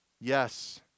Yes